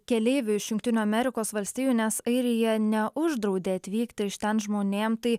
keleivių iš jungtinių amerikos valstijų nes airija neuždraudė atvykti iš ten žmonėm tai